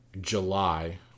July